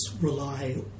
rely